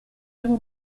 arimo